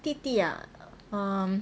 弟弟 ah err